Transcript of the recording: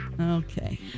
Okay